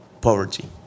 poverty